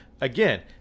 Again